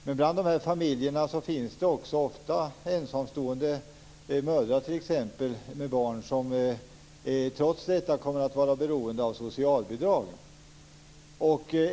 Men bland de här familjerna finns det också t.ex. ensamstående mödrar med barn som trots detta kommer att vara beroende av socialbidrag.